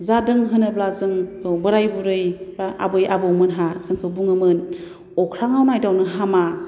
जादों होनोब्ला जों औ बोराइ बुरै बा आबै आबौमोनहा जोंखौ बुङोमोन अख्राङाव नायदावनो हामा